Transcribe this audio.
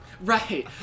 Right